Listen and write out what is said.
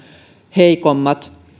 heikommat